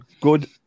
Good